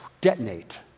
detonate